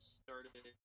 started